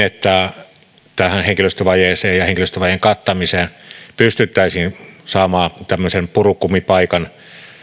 että tähän henkilöstövajeeseen ja henkilöstövajeen kattamiseen pystyttäisiin saamaan tämmöisen purukumipaikan